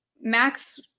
Max